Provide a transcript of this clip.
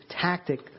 tactic